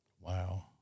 Wow